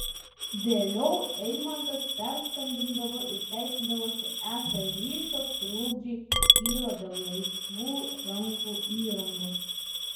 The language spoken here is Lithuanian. vėliau eimantas perskambindavo ir teisindavosi esą ryšio trukdžiai kyla dėl laisvų rankų įrangos